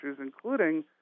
including